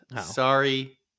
sorry